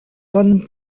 von